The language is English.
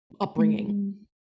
upbringing